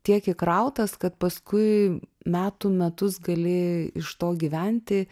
tiek įkrautas kad paskui metų metus gali iš to gyventi